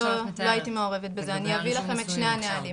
לא הייתי מעורבת בזה, אני אביא לכם את שני הנהלים.